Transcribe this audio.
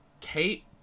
Kate